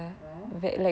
oh